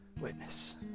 witness